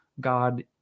God